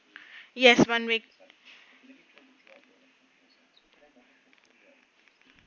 yes one week